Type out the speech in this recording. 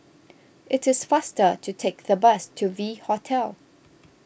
it is faster to take the bus to V Hotel